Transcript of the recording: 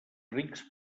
rics